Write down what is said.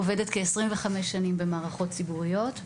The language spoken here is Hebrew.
עובדת כ-25 שנים במערכות ציבוריות,